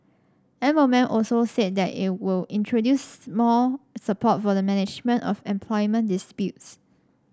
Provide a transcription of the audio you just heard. M O M also said that it will introduce more support for the management of employment disputes